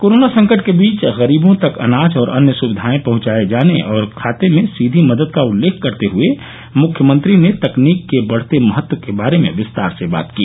corona संकट के बीच गरीबों तक अनाज और अन्य सुविघाए पहुंचाए जाने और खाते में सीधी मदद का उल्लेख करते मुख्यमंत्री ने तकनीक के बढ़ते महत्व के बारे में विस्तार से बात की